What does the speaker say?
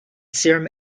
serum